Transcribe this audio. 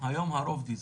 היום הרוב דיזל.